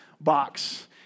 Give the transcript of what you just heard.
box